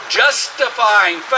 justifying